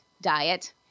diet